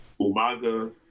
Umaga